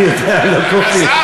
אני יודע, לא כופים.